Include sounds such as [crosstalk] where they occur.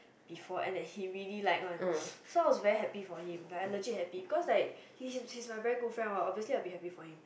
before and that he really like one [noise] so I was very happy for him like I legit happy because like he he was my very good friend what honestly I very be happy for him